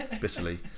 bitterly